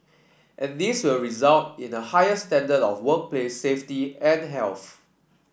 and this will result in a higher standard of workplace safety and health